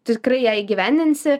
tu tikrai ją įgyvendinsi